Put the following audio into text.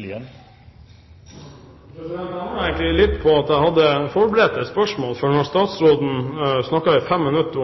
Jeg angrer egentlig litt på at jeg hadde forberedt et spørsmål, for når statsråden snakket i fem minutter